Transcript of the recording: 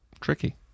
tricky